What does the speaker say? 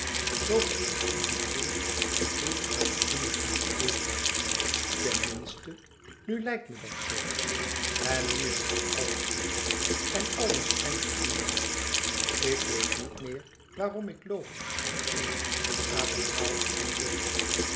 zoo geëquilibreerd gevoeld als toen ik met eve was ten minste nu lijkt me dat zoo en nu is dat alles weg en alles schijnt me doelloos ik weet niet meer waarom ik loop en eet en ademhaal en leef